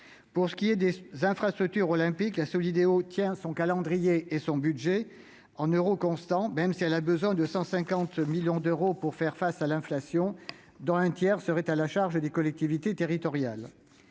S'agissant des infrastructures olympiques, la Solideo tient son calendrier et son budget en euros constants, même si elle a besoin de 150 millions d'euros pour faire face à l'inflation, dont un tiers serait à la charge des collectivités territoriales.